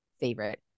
favorite